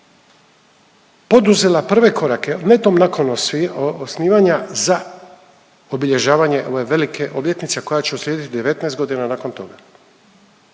poduzela prve korake netom nakon osnivanja za obilježavanje ove velike obljetnice koja će uslijedit 19.g. nakon toga.